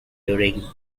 during